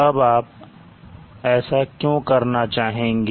अब आप ऐसा क्यों करना चाहेंगे